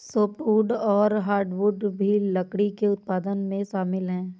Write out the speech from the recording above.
softwood और hardwood भी लकड़ी के उत्पादन में शामिल है